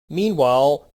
meanwhile